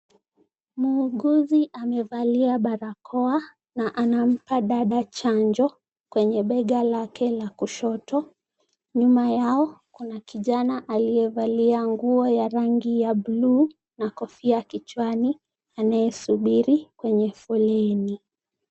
Muuguzi amevalia barakoa na anampa dada chanjo kwenye bega lake la kushoto. Nyuma yao kuna kijana aliyevalia nguo ya rangi ya buluu na kofia kichwani anayesubiri kwenye foleni.